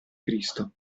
cristo